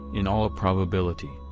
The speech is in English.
in all probability,